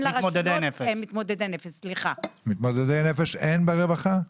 אין מתמודדי נפש ברווחה?